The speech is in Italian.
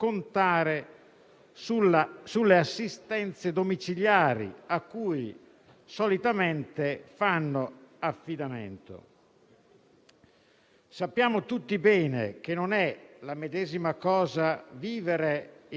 Sappiamo bene tutti che non è la medesima cosa vivere in una città capoluogo di Provincia o in un grande centro abitato rispetto invece a vivere in un piccolo Comune.